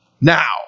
Now